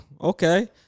okay